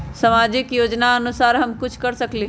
सामाजिक योजनानुसार हम कुछ कर सकील?